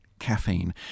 caffeine